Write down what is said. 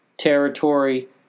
territory